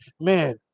man